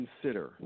consider